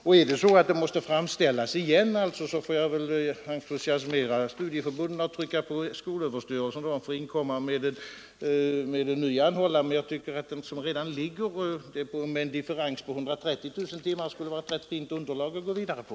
Om det måste göras en framställning igen, så får jag väl entusiasmera studieförbunden att trycka på hos skolöverstyrelsen så att den nu inkommer med en ny anhållan. Men jag tycker att en sådan redan föreligger med en differens på 130 000 timmar, och det är ett rätt fint underlag att gå vidare på.